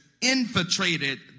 infiltrated